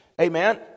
Amen